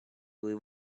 live